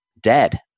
dead